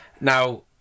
Now